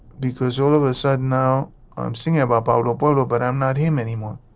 because all of a sudden now i'm singing about bono bono but i'm not him anymore.